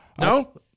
no